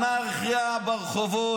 אנרכיה ברחובות.